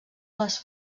les